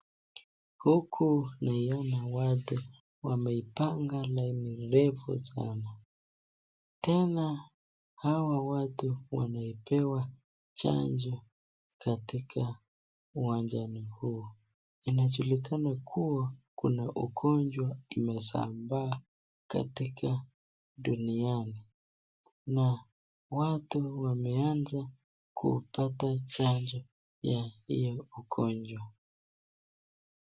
Huku naiona watu wameipanga laini refu sana , tena hawa watu wamepewa chanjo katika uwanjani huo , inajulikana kuwa kuna ugonjwa imesambaa katika duniani na watu wameanza kupata chanjo ya hiyo ugonjwa.